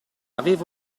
aveva